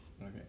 Okay